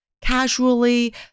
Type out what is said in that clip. casually